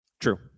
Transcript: True